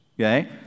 okay